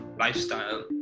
lifestyle